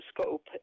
scope